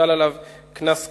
יוטל עליו קנס כספי.